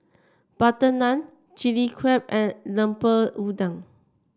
butter naan Chilli Crab and Lemper Udang